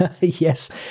Yes